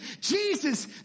Jesus